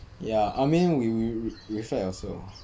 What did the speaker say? ya I mean we we we re~ reflect also